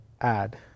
add